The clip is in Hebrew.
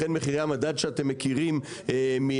לכן מחירי המדד שאתם מכירים מעכשיו,